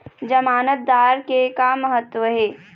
जमानतदार के का महत्व हे?